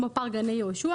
כמו פארק גני יהושע,